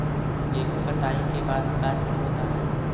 गेहूं कटाई के बाद का चीज होता है?